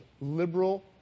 liberal